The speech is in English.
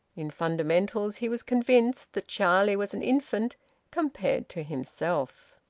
in fundamentals he was convinced that charlie was an infant compared to himself.